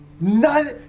None